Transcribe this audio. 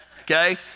Okay